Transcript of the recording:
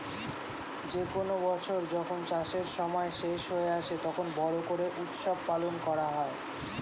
যে কোনো বছর যখন চাষের সময় শেষ হয়ে আসে, তখন বড়ো করে উৎসব পালন করা হয়